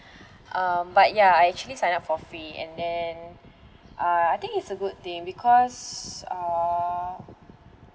um but yeah I actually signed up for free and then uh I think it's a good thing because uh